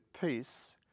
peace